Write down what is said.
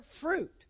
fruit